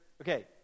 Okay